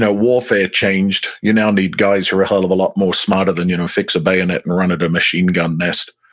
warfare changed. you now need guys who are a hell of a lot more smarter than you know fix a bayonet and run at a machine gun nest.